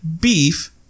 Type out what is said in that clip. beef